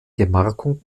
gemarkung